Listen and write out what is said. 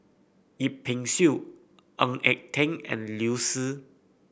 Yip Pin Xiu Ng Eng Teng and Liu Si